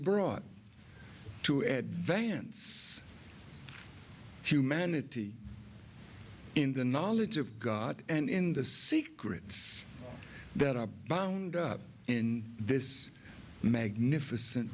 brought to add vance humanity in the knowledge of god and in the secrets that are bound up in this magnificent